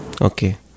Okay